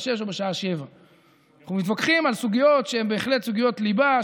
18:00 או 19:00. אנחנו מתווכחים על סוגיות שהן בהחלט סוגיות ליבה,